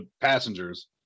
passengers